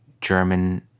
German